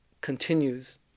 continues